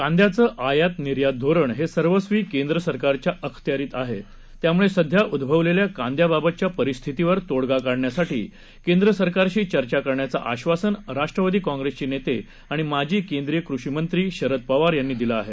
कांद्याचं आयात निर्यात धोरण हे सर्वस्वी केंद्र सरकारच्या अखत्यारीत आहे त्यामुळे सध्या उझवलेल्या कांद्याबाबतच्या परिस्थितीवर तोडगा काढण्यासाठी केंद्र सरकारशी चर्चा करण्याचं आश्वासन राष्ट्रवादी काँग्रेसचे नेते आणि माजी केंद्रीय कृषी मंत्री शरद पवार यांनी दिलं आहे